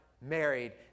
married